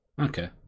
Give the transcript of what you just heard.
Okay